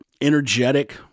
energetic